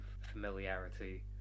familiarity